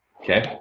Okay